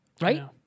Right